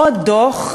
עוד דוח,